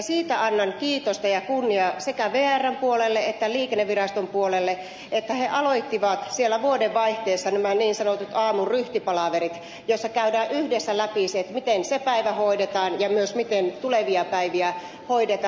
siitä annan kiitosta ja kunniaa sekä vrn puolelle että liikenneviraston puolelle että he aloittivat siellä vuodenvaihteessa nämä niin sanotut aamun ryhtipalaverit joissa käydään yhdessä läpi se miten se päivä hoidetaan ja myös miten tulevia päiviä hoidetaan